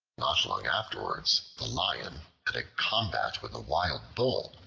not long afterwards the lion had a combat with a wild bull,